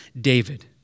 David